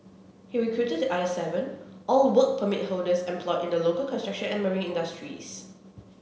he recruited the other seven all Work Permit holders employed in the local construction and marine industries